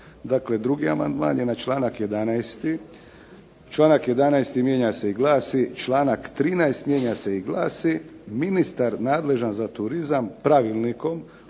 Dakle, drugi amandman je na članak 11., članak 11. mijenja se i glasi: "Članak 13. mijenja se i glasi, ministar nadležan za turizam pravilnikom